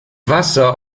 wasser